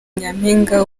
nyampinga